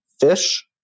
fish